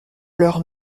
leurs